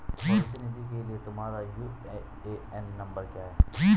भविष्य निधि के लिए तुम्हारा यू.ए.एन नंबर क्या है?